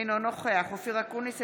אינו נוכח אופיר אקוניס,